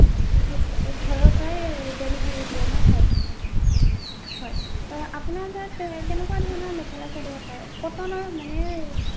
ঘৰৰ পৰাই ডেলিভাৰী দিয়ে ন হয় হয় হয় আপোনাৰ তাত কেনেকুৱা ধৰণৰ মেখেলা চাদৰ পায় কটনৰ মানে